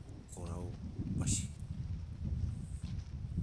Korau basi